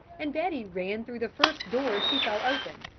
and betty ran through the first door she saw open,